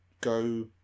go